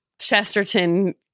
Chesterton